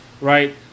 right